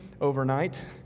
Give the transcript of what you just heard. overnight